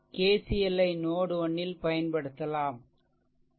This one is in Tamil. KCL ஐ நோட் 1 ல் பயன்படுத்தலாம்